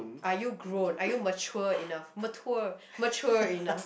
are you grown are you mature enough mature mature enough